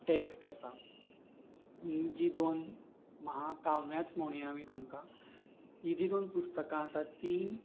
text आसा हीं जीं दोन महाकाव्याच म्हणुया आमी तांकां हीं जीं दोन पुस्तकां आसात तीं